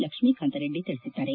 ಲಕ್ಸ್ಮೀಕಾಂತ ರೆಡ್ಡಿ ತಿಳಿಸಿದ್ದಾರೆ